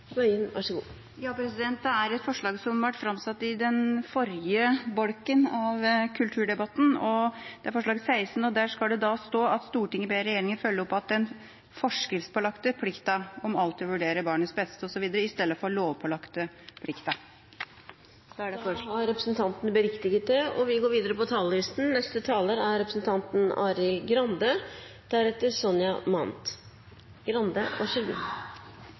Det gjelder forslag nr. 16, som ble framsatt i den forrige bolken av kulturdebatten. Det skal det stå at Stortinget ber regjeringen følge opp at «den forskriftspålagte plikta» om alltid å vurdere barnets osv. – i stedet for «den lovpålagte plikta». Da har representanten beriktiget det, og vi går videre på talerlisten. Det er dessverre en kjensgjerning at kulturens andel av statsbudsjettet går ned. Det har den gjort, jevnt og trutt, siden dagens regjering så